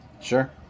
Sure